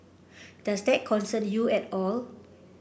does that concern you at all